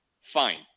fine